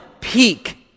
Peak